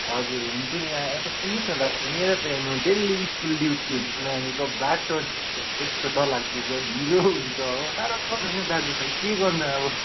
हजुर हुन्छ नि यहाँ यता सुन्नु होस् न दाजु मेरो त यहाँ हेर्नु न बिहान डेली स्कुल ड्युटीहरू छ नानीको बाटो त्यस्तो डर लाग्दो छ ढिलो हुन्छ हो साह्रो पर्छ नि हो दाजु खै के गर्नु अब